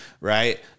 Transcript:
right